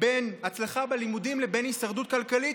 בין הצלחה בלימודים לבין הישרדות כלכלית.